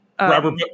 Robert